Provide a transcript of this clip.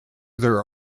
their